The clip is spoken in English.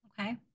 Okay